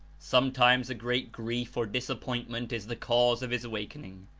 sometimes a great grief or disappointment is the cause of his awakening,